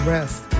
Rest